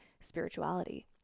spirituality